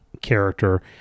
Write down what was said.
character